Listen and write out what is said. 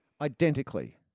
identically